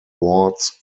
wards